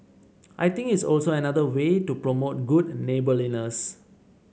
I think it's also another way to promote good neighbourliness